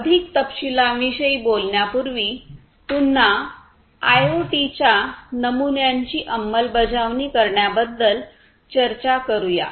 तर आपण अधिक तपशीलांविषयी बोलण्यापूर्वी पुन्हा आयओटीच्या नमुन्यांची अंमलबजावणी करण्याबद्दल चर्चा करूया